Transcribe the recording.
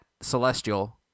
Celestial